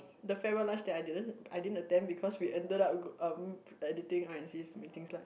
the farewell lunch that I didn't I didn't attend because we ended up um editing I insist making slides